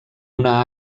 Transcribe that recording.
una